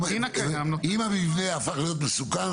אם המבנה הפך להיות מסוכן,